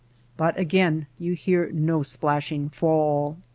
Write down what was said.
but again you hear no splashing fall.